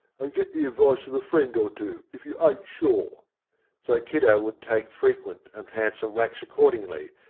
and get the advice of a friend or two, if you ain't sure so kiddo would take frequent and handsome whacks accordingly,